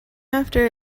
after